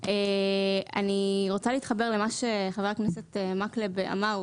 אני רוצה להתחבר למה שחבר הכנסת מקלב אמר,